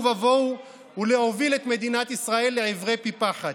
ובוהו ולהוביל את מדינת ישראל לעברי פי פחת.